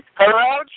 Hello